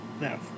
No